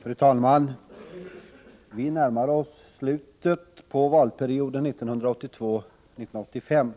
Fru talman! Vi närmar oss slutet på valperioden 1982-1985.